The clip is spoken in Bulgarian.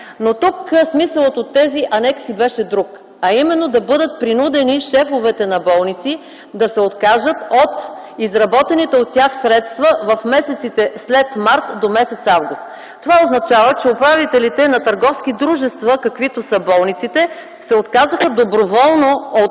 Тук смисълът от тези анекси беше друг. А именно, да бъдат принудени шефовете на болници да се откажат от изработените от тях средства в месеците след м. март до м. август. Това означава, че управителите на търговски дружества, каквито са болниците, се отказаха доброволно от